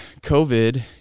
COVID